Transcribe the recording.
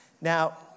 Now